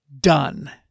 done